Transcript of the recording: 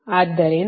ಆದ್ದರಿಂದ 2